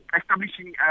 establishing